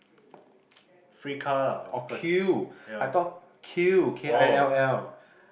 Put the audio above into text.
oh queue I thought kill K I L L